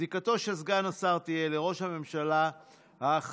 זיקתו של סגן השר תהיה לראש הממשלה החלופי.